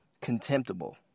contemptible